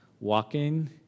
walking